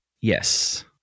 yes